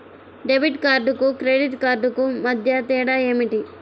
Debit కార్డుకు credit credit కార్డుకు మధ్య తేడా ఏమిటీ?